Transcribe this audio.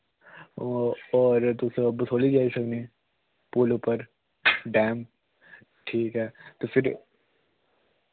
ओह् होर तुस बसोली जाई सकने पुल उप्पर डैम ठीक ऐ ते फिर